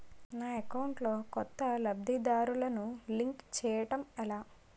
నా అకౌంట్ లో కొత్త లబ్ధిదారులను లింక్ చేయటం ఎలా?